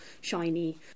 shiny